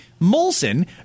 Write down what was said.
Molson